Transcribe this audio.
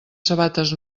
sabates